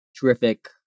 terrific